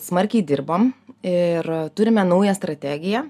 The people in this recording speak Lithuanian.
smarkiai dirbom ir turime naują strategiją